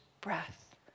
breath